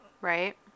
Right